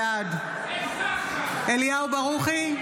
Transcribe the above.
בעד אליהו ברוכי,